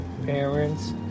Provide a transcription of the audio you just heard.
parents